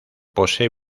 posee